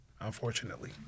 unfortunately